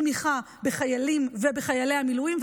אי-תמיכה בחיילים ובחיילי המילואים.